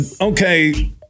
okay